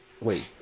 Wait